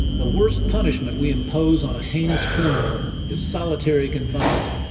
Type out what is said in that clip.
the worst punishment we impose on a heinous criminal is solitary confinement.